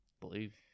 believe